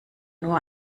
nur